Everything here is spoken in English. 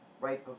right